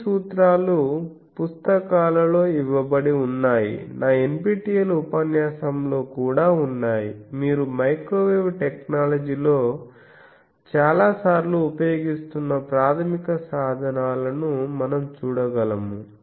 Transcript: ఈ సూత్రాలు పుస్తకాలలో ఇవ్వబడి ఉన్నాయి నా NPTEL ఉపన్యాసంలో కూడా ఉన్నాయి మీరు మైక్రోవేవ్ టెక్నాలజీలో చాలాసార్లు ఉపయోగిస్తున్న ప్రాథమిక సాధనాలను మనం చూడగలము